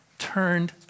turned